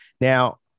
Now